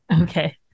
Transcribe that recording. Okay